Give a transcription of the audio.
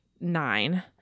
nine